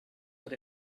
that